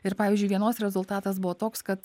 ir pavyzdžiui vienos rezultatas buvo toks kad